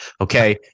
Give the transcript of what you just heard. Okay